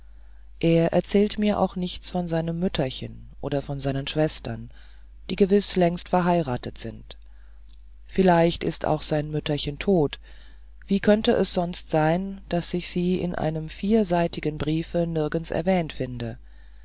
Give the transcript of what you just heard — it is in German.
er erzählt mir auch nichts von seinem mütterchen oder von seinen schwestern die gewiß längst verheiratet sind vielleicht ist auch sein mütterchen tot wie könnte es sonst sein daß ich sie in einem vierseitigen briefe nirgends erwähnt finde